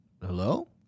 Hello